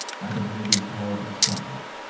and may these stars and stripes,